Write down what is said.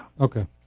Okay